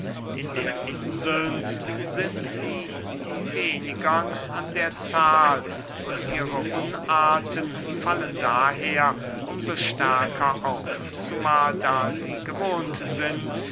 in den inseln sind sie die wenigern an der zahl und ihre unarten fallen daher um so stärker auf zumahl da sie gewohnt sind